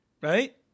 right